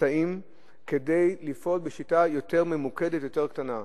אמצעים כדי לפעול בשיטה יותר ממוקדת, יותר קטנה.